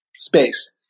Space